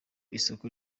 isoko